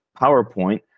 PowerPoint